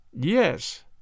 Yes